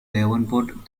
devonport